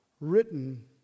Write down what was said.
written